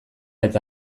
eta